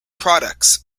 products